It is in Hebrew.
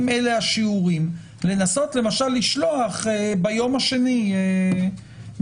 אם אלה השיעורים, לנסות למשל לשלוח ביום השני גם